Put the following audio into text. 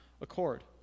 accord